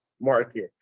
market